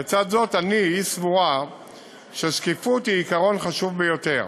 לצד זאת, היא סבורה ששקיפות היא עיקרון חשוב ביותר